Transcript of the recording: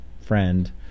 friend